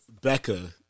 Becca